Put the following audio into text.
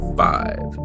five